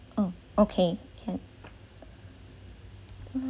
oh okay can